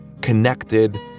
Connected